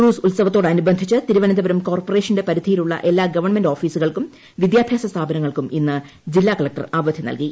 ഉറൂസ് ഉത്സവത്തോട് അനുബന്ധിച്ച് തിരുവനന്തപുരം കോർപ്പറേഷൻ പരിധിയിലുള്ള എല്ലാ ഗവൺമെന്റ് ഓഫീസുകൾക്കും വിദ്യാഭ്യാസ സ്ഥാപനങ്ങൾക്കും ഇന്ന് ജില്ലാ കളക്ടർ അവധി നൽകി